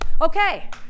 Okay